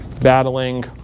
Battling